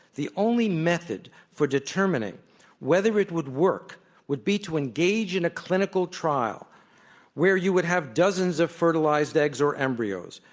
the only method for determining whether it would work would be to engage in a clinical trial where you would have dozens of fertilized eggs or embryos,